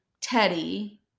Teddy